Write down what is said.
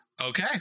Okay